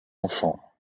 enfants